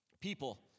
people